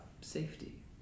safety